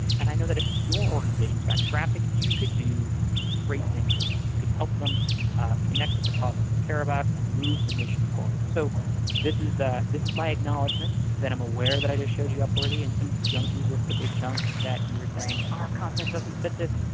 and i know that if your organizations got traffic, you could do great things with them. you could help them connect with the causes they care about and move the mission forward. so this ah this is my acknowledgement that i'm aware that i just showed you upworthy and some junky listicle junk that you're saying, our content doesn't fit this!